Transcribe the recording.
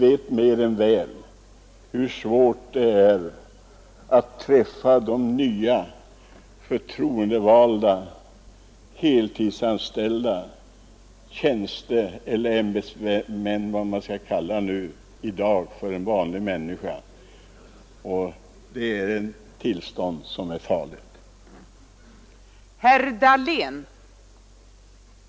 Vi vet väl överlag hur svårt det många gånger kan vara för en vanlig människa att träffa de förtroendevalda som är lika upptagna som heltidsanställda tjänsteoch ämbetsmän. Det är verkligen ett allvarligt problem.